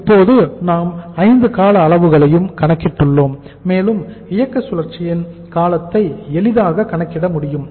இப்போது நாம் 5 கால அளவுகளையும் கணக்கிட்டுள்ளோம் மேலும் இயக்க சுழற்சியின் காலத்தை எளிதாக கணக்கிட முடியும்